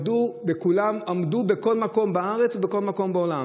וכולם עמדו בכל מקום בארץ ובכל מקום בעולם.